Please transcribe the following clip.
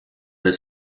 del